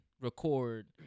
record